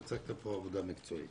והצגת פה עבודה מקצועית.